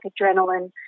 adrenaline